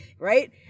right